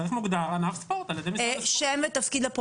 זה צריך להיות מוגדר כענף ספורט על-ידי משרד הספורט.